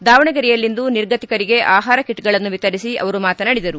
ದಾವಣಗೆರೆಯಲ್ಲಿಂದು ನಿರ್ಗತಿಕರಿಗೆ ಆಹಾರ ಕಿಟ್ಗಳನ್ನು ವಿತರಿಸಿ ಅವರು ಮಾತನಾಡಿದರು